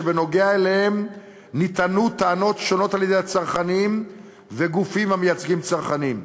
שבנוגע אליהם נטענו טענות שונות על-ידי הצרכנים וגופים המייצגים צרכנים.